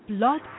Blood